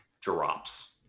drops